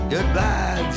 Goodbye